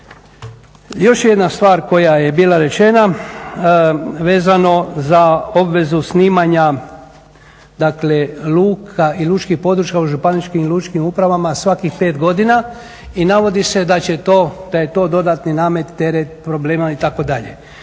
Još jedna stvar koja je bila rečena vezano za obvezu snimanja dakle luka i lučkih područja u županijskim i lučkim upravama svakih 5 godina i navodi se da je to dodatni namet, teret problema itd..